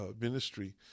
ministry